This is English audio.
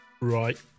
Right